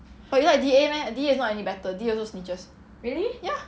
but you like D_A meh D_A is not any better D_A also snitches ya